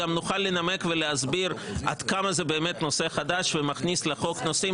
גם נוכל לנמק ולהסביר עד כמה זה באמת נושא חדש ומכניס לחוק נושאים